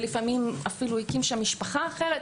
ולפעמים אף הקים שם משפחה אחרת.